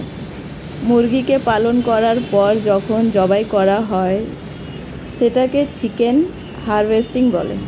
মুরগিকে পালন করার পর যখন জবাই করা হয় সেটাকে চিকেন হারভেস্টিং বলে